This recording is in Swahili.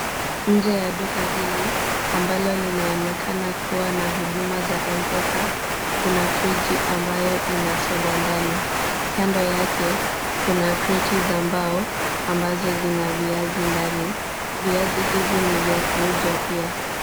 Nje ya duka hili ambalo linaonekana kuwa na huduma za mpesa, kuna friji ambayo ina soda ndani. Kando yake kuna kreti za mbao ambazo zina viazi ndani. Viazi hivi ni vya kuuzwa pia.